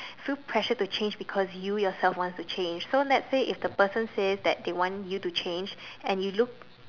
feel pressured to change because you yourself wants to change so let's say if the person says that they want you to change and you look